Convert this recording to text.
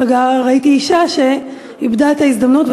ראיתי אישה שאיבדה את ההזדמנות,